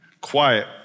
quiet